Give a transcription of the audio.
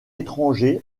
étranger